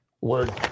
Word